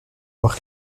voir